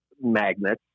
magnets